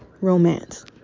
Romance